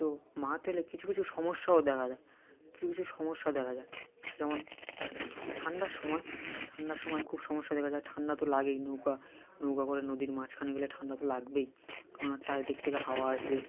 তো মা কিছু কিছু সমস্যাও দেখা দেয় কিছু কিছু সমস্যা দেখা যায় যেমন ঠান্ডার সময় ঠান্ডার সময় খুব সমস্যা দেখা যায় ঠান্ডা তো লাগেই নৌকা নৌকা করে নদীর মাছখানে গেলে ঠান্ডা তো লাগবেই কেননা চারিদিক থেকে হাওয়া আসবে